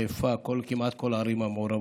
חיפה וכמעט כל הערים המעורבות.